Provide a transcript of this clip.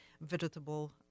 vegetable